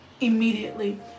immediately